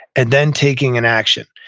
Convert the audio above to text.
and then taking an action.